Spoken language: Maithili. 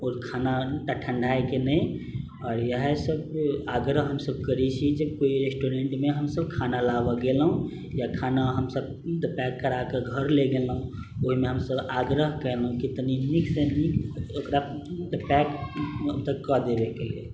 आओर खाना ठण्डाइके नहि आओर इएहे सब आग्रह हमसब करै छी जे कोइ रेस्टुरेंटमे हमसब खाना लाबऽ गेलहुँ या खाना हमसब पैक कराकऽ घर लए गेलहुँ ओइमे हमसब आग्रह कयलहुँ कि तनी नीकसँ नीक ओकरा पैक कऽ देबैके लेल